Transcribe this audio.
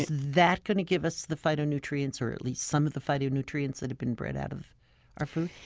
that going to give us the phytonutrients or at least some of the phytonutrients that have been bred out of our food?